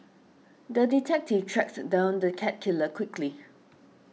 the detective tracked down the cat killer quickly